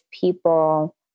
people